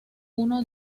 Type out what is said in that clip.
uno